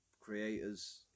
creators